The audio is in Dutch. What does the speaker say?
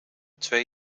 twee